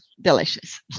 delicious